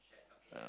uh